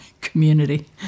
community